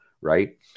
right